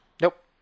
Nope